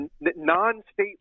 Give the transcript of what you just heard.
non-state